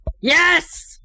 Yes